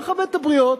המכבד את הבריות.